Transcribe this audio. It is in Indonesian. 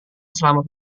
selamat